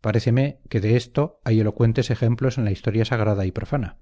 paréceme que de esto hay elocuentes ejemplos en la historia sagrada y profana